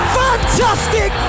fantastic